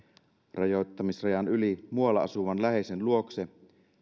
rajoittamisrajan yli muualla asuvan läheisen luokse